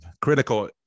Critical